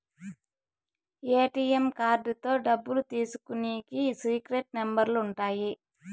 ATM కార్డుతో డబ్బులు తీసుకునికి సీక్రెట్ నెంబర్లు ఉంటాయి